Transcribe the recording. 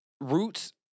roots